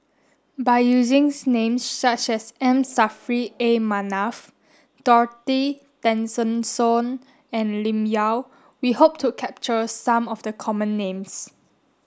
by using names such as M Saffri A Manaf Dorothy Tessensohn and Lim Yau we hope to capture some of the common names